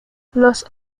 los